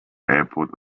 airport